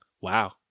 Wow